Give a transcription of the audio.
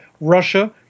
Russia